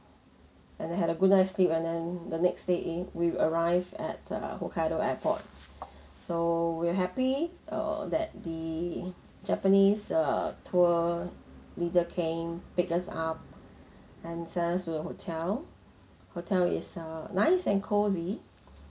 and had a good night sleep and then the next day i~ we arrived at uh hokkaido airport so we're happy err that the japanese err tour leader came pick us up and send us to the hotel hotel is uh nice and cozy